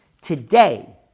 today